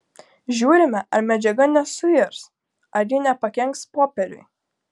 žiūrime ar medžiaga nesuirs ar ji nepakenks popieriui